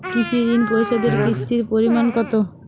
কৃষি ঋণ পরিশোধের কিস্তির পরিমাণ কতো?